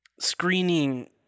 screening